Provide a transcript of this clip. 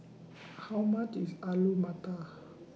How much IS Alu Matar